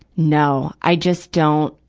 no. i just don't.